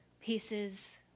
pieces